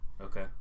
Okay